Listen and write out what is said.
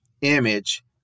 image